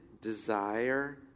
desire